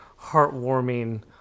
heartwarming